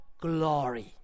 glory